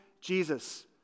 Jesus